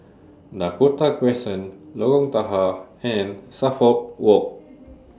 Dakota Crescent Lorong Tahar and Suffolk Walk